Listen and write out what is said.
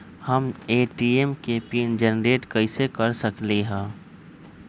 हम ए.टी.एम के PIN generate कईसे कर सकली ह?